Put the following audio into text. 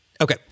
Okay